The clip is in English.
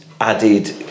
added